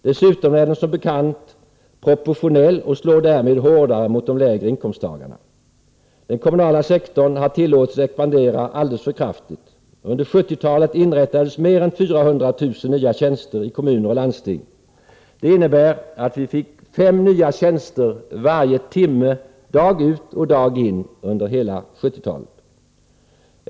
Dessutom är den som bekant proportionell och slår därmed hårdare mot de lägre inkomsttagarna. Den kommunala sektorn har tillåtits expandera alldeles för kraftigt. Under 1970-talet inrättades mer än 400 000 nya tjänster i kommuner och landsting. Det innebär att vi fick fem nya tjänster varje timme dag ut och dag in under hela 1970-talet.